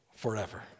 forever